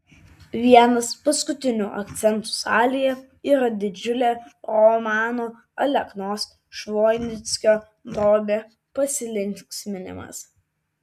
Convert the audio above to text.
vienas paskutinių akcentų salėje yra didžiulė romano aleknos švoinickio drobė pasilinksminimas